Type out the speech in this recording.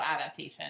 adaptation